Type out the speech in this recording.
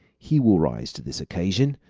he will rise to this occasion,